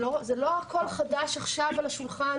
זה לא דבר חדש על השולחן,